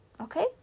okay